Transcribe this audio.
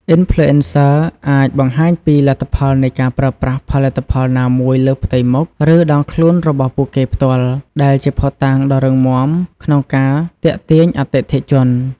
អុីនផ្លូអេនសឹ អាចបង្ហាញពីលទ្ធផលនៃការប្រើប្រាស់ផលិតផលណាមួយលើផ្ទៃមុខ ឬដងខ្លួនរបស់ពួកគេផ្ទាល់ ដែលជាភស្តុតាងដ៏រឹងមាំក្នុងការទាក់ទាញអតិថិជន។